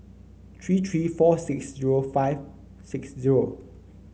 three three four six zero five six zero